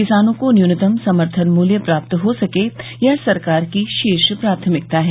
किसानों को न्यूनतम समर्थन मूल्य प्राप्त हो सके यह सरकार की शीर्ष प्राथमिकता है